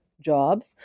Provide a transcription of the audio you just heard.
jobs